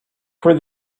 for